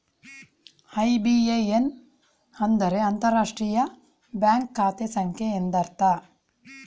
IBAN ಅಂದರೆ ಅಂತರರಾಷ್ಟ್ರೀಯ bank ಖಾತೆ ಸಂಖ್ಯೆ ಎಂದರ್ಥ